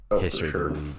history